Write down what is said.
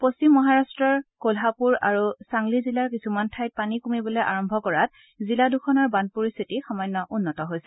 পশ্চিম মহাৰাট্টৰ কলহাপুৰ আৰু চাংলি জিলাৰ কিছুমান ঠাইত পানী কমিবলৈ আৰম্ভ কৰাত জিলা দুখনৰ বান পৰিস্থিতি সামান্য উন্নত হৈছে